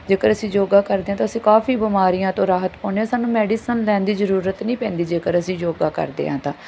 ਜੇਕਰ ਅਸੀਂ ਯੋਗਾ ਕਰਦੇ ਹਾਂ ਤਾਂ ਅਸੀਂ ਕਾਫੀ ਬਿਮਾਰੀਆਂ ਤੋਂ ਰਾਹਤ ਪਾਉਂਦੇ ਹਾਂ ਸਾਨੂੰ ਮੈਡੀਸਨ ਲੈਣ ਦੀ ਜ਼ਰੂਰਤ ਨਹੀਂ ਪੈਂਦੀ ਜੇਕਰ ਅਸੀਂ ਯੋਗਾ ਕਰਦੇ ਹਾਂ ਤਾਂ